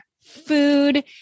food